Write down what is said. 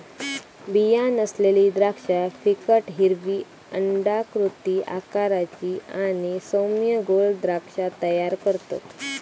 बीया नसलेली द्राक्षा फिकट हिरवी अंडाकृती आकाराची आणि सौम्य गोड द्राक्षा तयार करतत